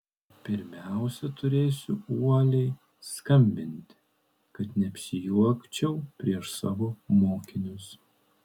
pirmiausiai turėsiu uoliai skambinti kad neapsijuokčiau prieš savo mokinius